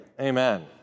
Amen